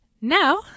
Now